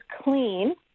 clean